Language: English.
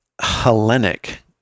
Hellenic